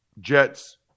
Jets